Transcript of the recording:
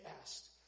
asked